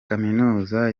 kaminuza